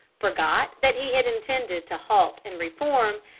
forgot that he had intended to halt and reform,